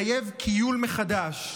מחייב כיול מחדש,